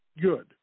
good